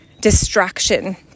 distraction